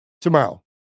tomorrow